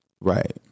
Right